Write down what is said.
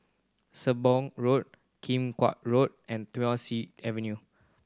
Sembong Road Kim Chuan Road and Thiam Siew Avenue